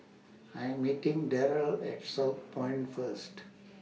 I Am meeting Darell At Southpoint First